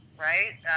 right